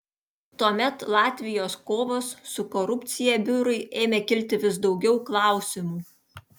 tuomet latvijos kovos su korupcija biurui ėmė kilti vis daugiau klausimų